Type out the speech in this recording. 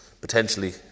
potentially